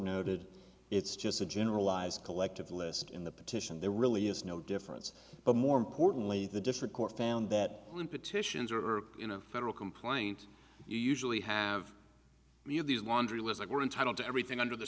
noted it's just a generalized collective list in the petition there really is no difference but more importantly the district court found that when petitions are in a federal complaint you usually have these laundry list like we're entitled to everything under the